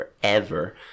forever